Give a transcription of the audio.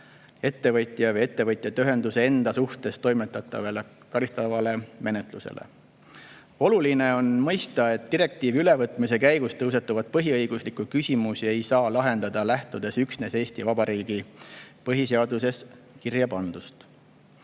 ettevõtja või ettevõtjate ühenduse enda suhtes toimetatavale karistatavale menetlusele. Oluline on mõista, et direktiivi ülevõtmise käigus tõusetuvaid põhiõiguslikke küsimusi ei saa lahendada, lähtudes üksnes Eesti Vabariigi põhiseaduses kirjapandust.